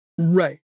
Right